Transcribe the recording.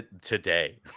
today